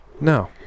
No